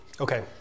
Okay